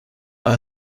are